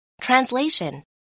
Translation